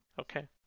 okay